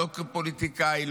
לא כפוליטיקאי,